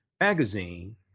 magazine